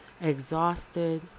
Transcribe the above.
Exhausted